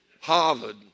Harvard